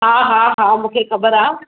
हा हा हा मूंखे ख़बरु आहे